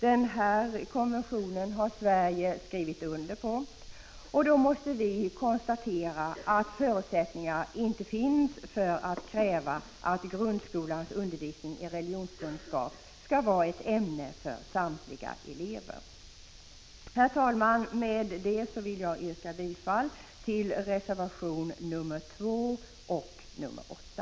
Därför måste vi konstatera att förutsättningar inte finns för att kräva att grundskolans undervisning i religionskunskap skall vara ett ämne för samtliga elever. Herr talman! Med detta vill jag alltså yrka bifall till reservationerna 2 och 8.